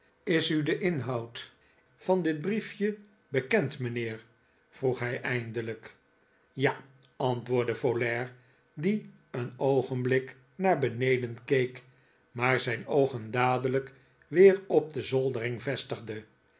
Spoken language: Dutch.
is u de inhoud van dit briefje bekend mijnheer vroeg hij eindelijk ja antwoordde folair die een oogenblik naar beneden keek maar zijn oogen dadelijk weer op de zoldering vestigde